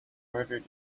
murdered